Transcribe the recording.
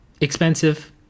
expensive